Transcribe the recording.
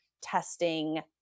testing